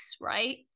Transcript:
right